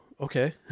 Okay